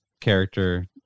character